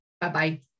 Bye-bye